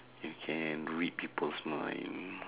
you can read people's mind